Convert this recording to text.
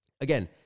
again